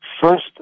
First